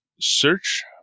search